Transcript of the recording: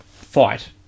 fight